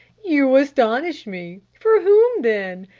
you astonish me. for whom, then?